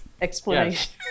explanation